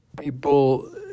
People